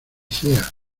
sea